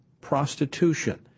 prostitution